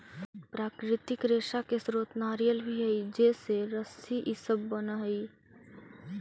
प्राकृतिक रेशा के स्रोत नारियल भी हई जेसे रस्सी इ सब बनऽ हई